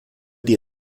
die